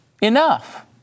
enough